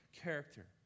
character